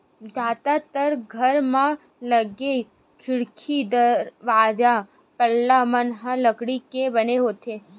जादातर घर म लगे खिड़की, दरवाजा, पल्ला मन ह लकड़ी के बने होथे